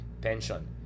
pension